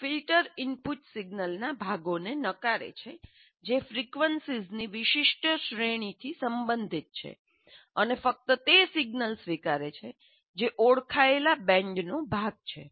એક filter input સિગ્નલના ભાગોને નકારે છે જે ફ્રીક્વન્સીઝની વિશિષ્ટ શ્રેણીથી સંબંધિત છે અને ફક્ત તે સિગ્નલ સ્વીકારે છે જે ઓળખાયેલ બેન્ડનો ભાગ છે